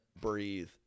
breathe